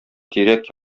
тирәк